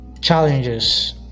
challenges